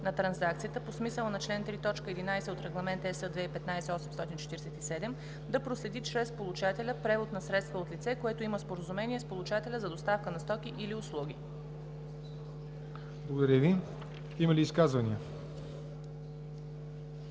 на трансакцията, по смисъла на чл. 3, т. 11 от Регламент (ЕС) 2015/847, да проследи чрез получателя превод на средства от лице, което има споразумение с получателя за доставка на стоки или услуги.“ ПРЕДСЕДАТЕЛ ЯВОР НОТЕВ: Благодаря Ви. Има ли изказвания?